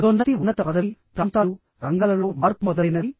పదోన్నతి ఉన్నత పదవి ప్రాంతాలు రంగాలలో మార్పు మొదలైనవి